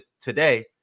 today